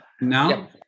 now